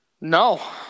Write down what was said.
No